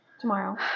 Tomorrow